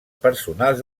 personals